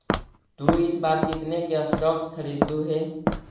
तु इस बार कितने के स्टॉक्स खरीदलु हे